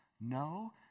no